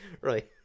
right